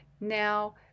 Now